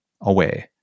away